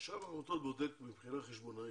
רשם העמותות בודק מבחינה חשבונאית.